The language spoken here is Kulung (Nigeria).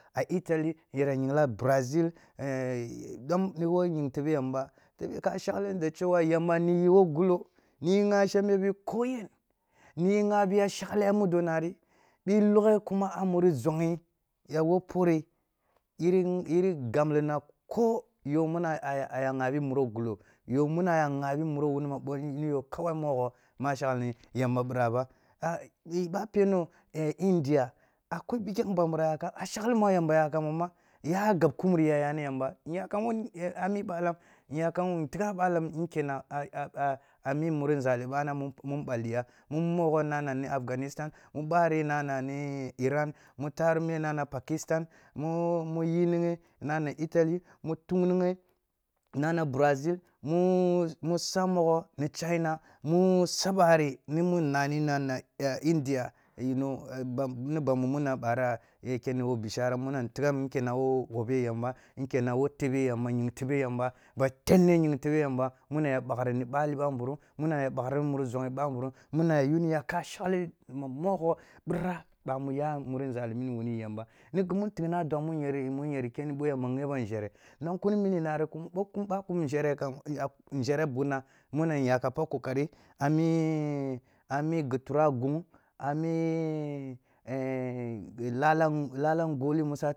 A itali, nyera yingla brazil e e dom ni wo ying tebe yamba tebe ka shagh da shewa yamba tebe ka shagli d shewa yamba n iyi wo gullo, nig ha shembe bi wo koyen, n iyi ngha buya shagle mu do na ri, bi loghe kuma a muro zoghi ya wo pore, yiri-yiri gam lina ko yo mina a y agha bi muro gulo, yo muro wunma bo hyo kawai mogho ma shaglini yam bz bira b aba neno e e india, akwai bikyang banbira yakam, a shagli ma yamba yakam ba ma, ya a gab kumuri yay a ni yamba, nyakam wo e e ami balam nya kam, ntiggham balam yin kunna a a mi kuri bana mu nballli ya mu mogho mani akganistan, mu bare, nnani ni iran, mu tarum me na n ani pakistan, my yinighe ma itali, mu tung he nna ha brazil, mu san mogho ni china mu sabari ni mu nna ni nana a india nib ama muna bwara ya kaani wo bishara nuna ntigham yin kenna wo wobbe yamba, nkenna wo tebe yamba, ying tebe yamba ba tenne ying tebe yamba muna ya bakhini bali bambu rum, muna ya bakhri ni zoghi ba mbunum muna ya yuniya ka shagli ma mogho bira ba bamu ya muri nzali nuri wani yamba ni gumu ntigh ni a duam mu nyeri-mu nyeri kunni bo yam ba ghebam nzhere, nong kuni nuninari kuna b akum nzhere, nyaka pak kokari a mia mi gi tura gung, a mi e e la la-lala ngoli musa.